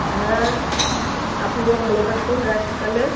হ্যাঁ আপনিও ভালো থাকুন রাখি তাহলে